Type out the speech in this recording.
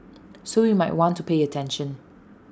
so you might want to pay attention